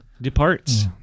departs